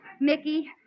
Mickey